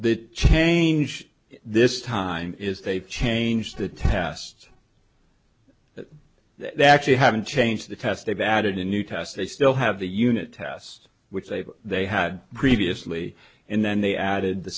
the change this time is they've changed the test that they actually haven't changed the tests they've added a new test they still have the unit test which they've they had previously and then they added the